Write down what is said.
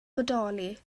bodoli